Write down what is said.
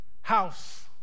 house